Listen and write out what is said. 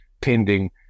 pending